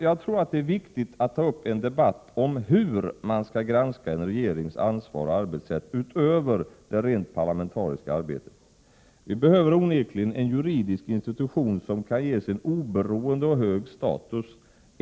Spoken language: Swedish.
Jag tror att det är viktigt att ta upp en debatt hur man skall granska en regerings ansvar och arbetssätt utöver det rent parlamentariska arbetet. Vi behöver onekligen en juridisk institution som kan ges en oberoende och hög status.